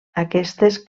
aquestes